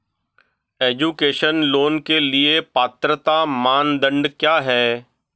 Education loan के लिए पात्रता मानदंड क्या है?